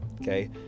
okay